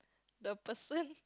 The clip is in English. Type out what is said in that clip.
the person